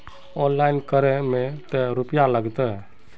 Online करे में ते रुपया लगते?